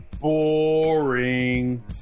Boring